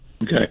Okay